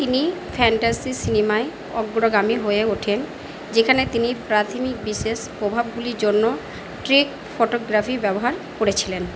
তিনি ফ্যান্টাসি সিনেমায় অগ্রগামী হয়ে ওঠেন যেখানে তিনি প্রাথমিক বিশেষ প্রভাবগুলির জন্য ট্রিক ফটোগ্রাফি ব্যবহার করেছিলেন